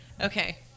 Okay